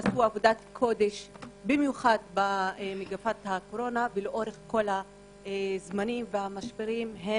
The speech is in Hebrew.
שעשו עבודת קודש במיוחד במגפת הקורונה ולאורך כל המשברים הם